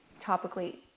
topically